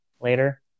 later